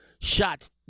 shots